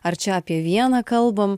ar čia apie vieną kalbam